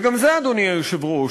וגם זה, אדוני היושב-ראש: